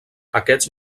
aquests